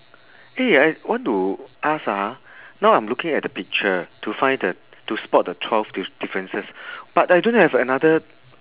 eh I want to ask ah now I'm looking at the picture to find the to spot the twelve diff~ differences but I don't have another